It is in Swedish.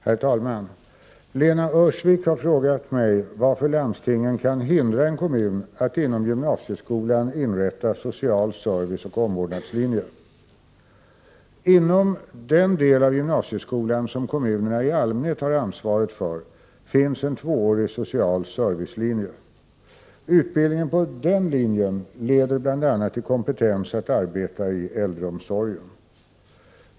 Herr talman! Lena Öhrsvik har frågat mig varför landstingen kan hindra en kommun att inom gymnasieskolan inrätta social serviceoch omvårdnadslinje. Inom den del av gymnasieskolan som kommunerna i allmänhet har ansvaret för finns en tvåårig social servicelinje. Utbildningen på denna linje leder bl.a. till kompetens att arbeta i äldreomsorgen.